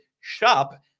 shop